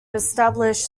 establish